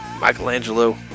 Michelangelo